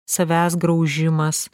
savęs graužimas